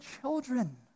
children